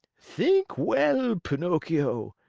think well, pinocchio,